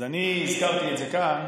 אז אני הזכרתי את זה כאן